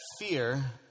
fear